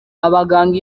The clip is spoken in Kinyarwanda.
abaganga